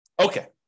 Okay